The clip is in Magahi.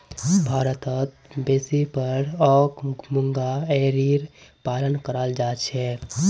भारतत बेसी पर ओक मूंगा एरीर पालन कराल जा छेक